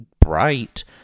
bright